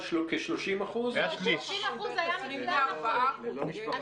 כ-30% ------ ה-30% היה מכלל החולים.